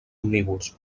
omnívors